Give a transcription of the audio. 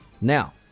Now